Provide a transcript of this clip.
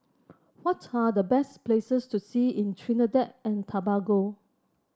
what are the best places to see in Trinidad and Tobago